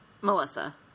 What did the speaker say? Melissa